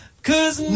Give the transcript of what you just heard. cause